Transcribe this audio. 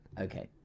Okay